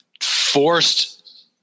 forced